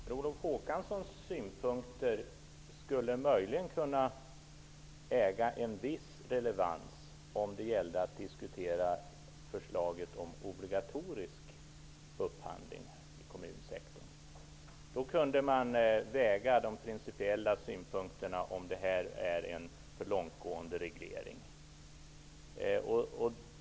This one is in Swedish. Fru talman! Per Olof Håkanssons synpunkter skulle möjligen äga en viss relevans om diskussionen gällde förslaget om obligatorisk upphandling i kommunsektorn. Då kunde man väga de principiella synpunkterna och ta ställning till om detta är en för långtgående reglering.